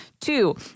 Two